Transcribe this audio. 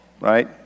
right